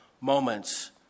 moments